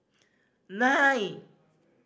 nine